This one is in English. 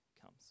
comes